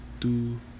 two